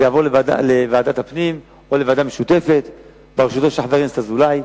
ויעבור לוועדת הפנים או לוועדה משותפת בראשותו של חבר הכנסת אזולאי,